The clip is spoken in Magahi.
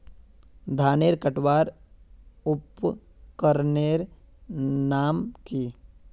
धानेर कटवार उपकरनेर नाम की?